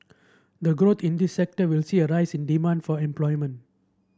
the growth in this sector will see a rise in demand for employment